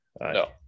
no